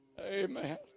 Amen